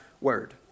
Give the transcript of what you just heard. word